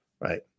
Right